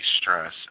stress